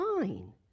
fine